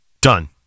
done